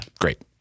great